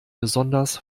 besonders